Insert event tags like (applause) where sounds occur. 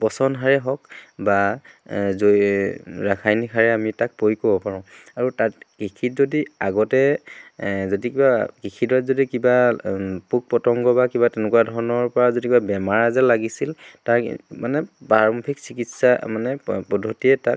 পচন সাৰেই হওক বা জৈ (unintelligible) ৰাসায়নিক সাৰেই আমি তাক প্ৰয়োগ কৰিব পাৰোঁ আৰু তাত কৃষিত যদি আগতে যদি কিবা কৃষিডৰাত যদি কিবা পোক পতংগ বা কিবা তেনেকুৱা ধৰণৰ পৰা যদি কিবা বেমাৰ আজাৰ লাগিছিল তাৰ মানে প্ৰাৰম্ভিক চিকিৎসা মানে পদ্ধতিয়ে তাত